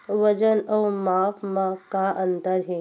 वजन अउ माप म का अंतर हे?